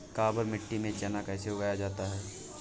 काबर मिट्टी में चना कैसे उगाया जाता है?